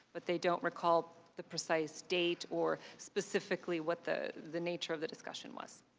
but, they don't recall the precise date or specifically what the the nature of the discussion was.